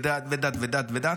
ודת ודת דת.